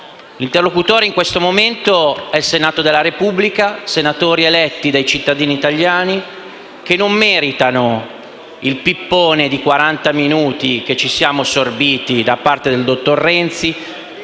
L'interlocutore in questo momento è il Senato della Repubblica, composto da senatori eletti dai cittadini italiani che non meritano il «pippone» di quaranta minuti che ci siamo sorbiti da parte del dottor Renzi,